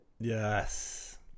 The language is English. Yes